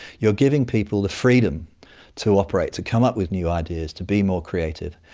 you're giving people the freedom to operate, to come up with new ideas, to be more creative.